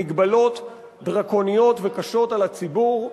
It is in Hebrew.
מגבלות דרקוניות וקשות על הציבור,